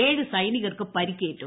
ഏഴ് സൈനികർക്ക് പരിക്കേറ്റു